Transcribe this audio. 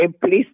please